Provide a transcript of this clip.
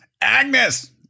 Agnes